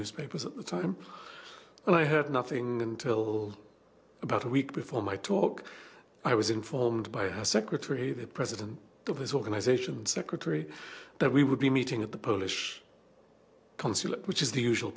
newspapers at the time and i had nothing until about a week before my talk i was informed by his secretary the president of his organization secretary that we would be meeting at the polish consulate which is the usual